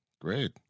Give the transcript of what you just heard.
Great